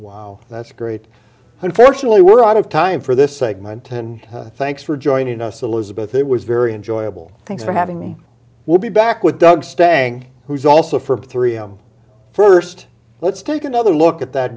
wow that's great unfortunately we're out of time for this segment and thanks for joining us elizabeth it was very enjoyable thanks for having me we'll be back with doug staying who's also for three m first let's take another look at that